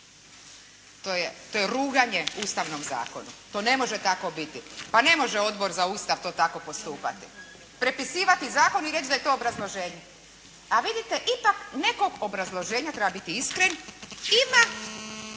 To je ruganje Ustavnom zakonu. To ne može tako biti. Pa ne može Odbor za Ustav to tako postupati. Prepisivati zakon i reći da je to obrazloženje. A vidite ipak, nekog obrazloženja, treba biti iskren ima,